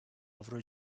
avro